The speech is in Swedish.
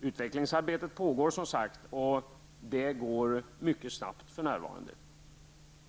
Utvecklingsarbetet pågår som sagt, och det går mycket snabbt för närvarande.